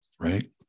right